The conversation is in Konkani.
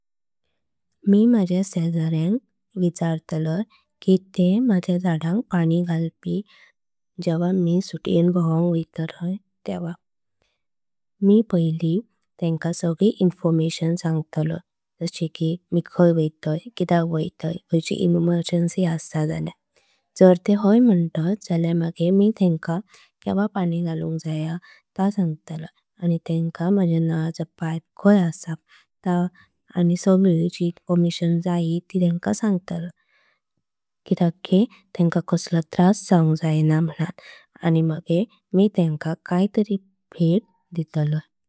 मी माझ्या शेजाऱ्यांक विचारतलय कि ते माझ्या झाडांग। पाणी घालपी जेवा मी सुट्यें भावांक वैतलय तेवा। जर ते हाय म्हंतात जल्या मगेर मी तेंका केव्हा पाणी। घालुंक जाय ता सांगतलय आणि तेंका माझा नळाचा। पाईप खांय आसा ता बुट सगळ सांगतलय म्हंजेत्त मी। तेंका सगळी माहिती दितलय किद्यक कि तेंका। कसळ त्रास जाउन जायना म्हनण आणि। मगेर मी तेंका कायय भयत दितलय।